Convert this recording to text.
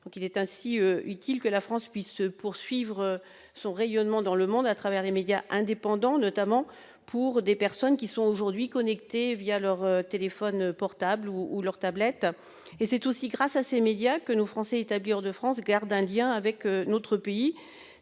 Il est ainsi utile que la France puisse poursuivre son rayonnement dans le monde à travers les médias indépendants, notamment pour des personnes aujourd'hui connectées leur téléphone portable ou leur tablette. C'est aussi grâce à ces médias que les Français établis hors de France gardent un lien avec notre pays,